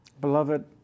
Beloved